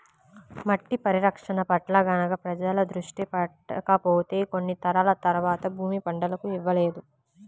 మట్టి పరిరక్షణ పట్ల గనక ప్రజలు దృష్టి పెట్టకపోతే కొన్ని తరాల తర్వాత భూమి పంటలను ఇవ్వలేదు